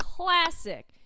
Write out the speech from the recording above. Classic